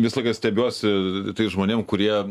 visą laiką stebiuosi tais žmonėm kurie